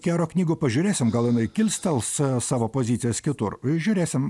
kero knygų pažiūrėsim gal jinai kilstels savo pozicijas kitur žiūrėsim